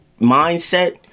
mindset